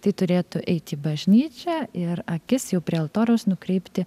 tai turėtų eiti į bažnyčią ir akis jau prie altoriaus nukreipti